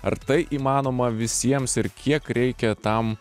ar tai įmanoma visiems ir kiek reikia tam